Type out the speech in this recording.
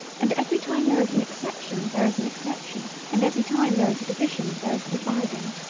and every time there is an exception there is an exception and every time there is a division there is a dividing.